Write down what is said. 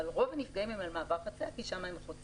אבל רוב הנפגעים הם על מעבר חציה כי שם הם חוצים.